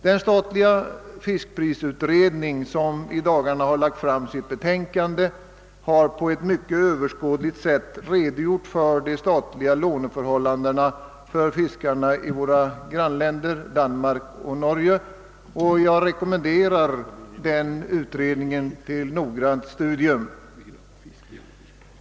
Den statliga fiskprisutredningen, som i dagarna lagt fram sitt betänkande, har på ett mycket överskådligt sätt redogjort för de statliga låneförhållandena för fiskarna i våra grannländer Danmark och Norge. Jag rekommenderar den utredningen, som snart ligger på riksdagens bord, till noggrant studium.